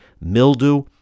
mildew